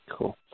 Cool